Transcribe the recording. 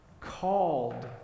Called